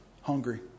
Hungry